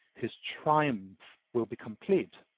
his triumph will be complete.